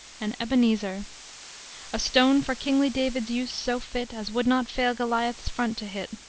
an ebenezer a stone for kingly david's use so fit as would not fail goliah's front to hit,